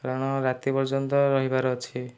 କାରଣ ରାତି ପର୍ଯ୍ୟନ୍ତ ରହିବାର ଅଛି